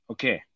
Okay